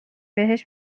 بهش